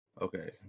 Okay